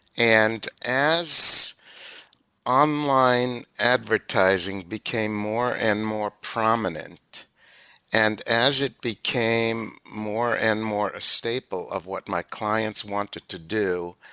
and as online advertising became more and more prominent and as it became more and more staple of what my clients wanted to do,